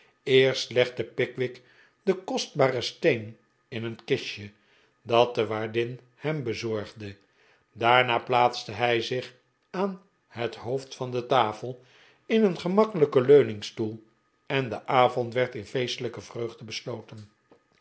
eerst legde pickwick den kostbaren steen in een kistje dat de waardin hem bezorgdej daarna plaatste hij zich aan het hoofd van de tafel in een gemakkelijken leuningstoel en de avond werd in feestelijke vreugde besloten